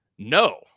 No